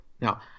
Now